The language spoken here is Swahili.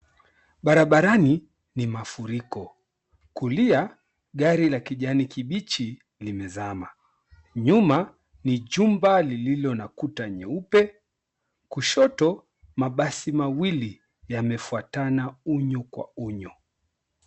Barabarani, ni mafuriko, kulia gari la kijani kibichi limezama, nyuma ni jumba lililo na kuta nyeupe, kushoto mabasi mawili yamefuatana unyo kwa unyo.